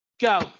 Go